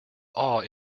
awe